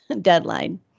deadline